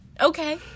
Okay